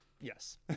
Yes